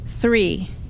Three